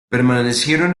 permanecieron